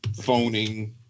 phoning